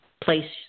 place